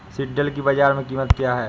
सिल्ड्राल की बाजार में कीमत क्या है?